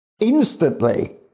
Instantly